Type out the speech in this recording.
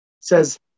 says